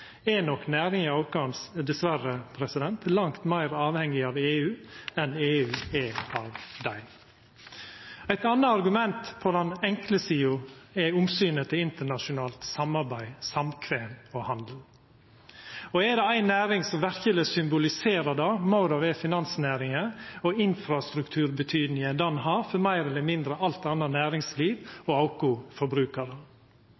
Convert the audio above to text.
er nok næringane våre dessverre langt meir avhengige av EU enn EU er av dei. Eit anna argument på den enkle sida er omsynet til internasjonalt samarbeid og samkvem og internasjonal handel. Er det ei næring som verkeleg symboliserer det, må det vera finansnæringa og infrastrukturbetydninga ho har for meir eller mindre alt anna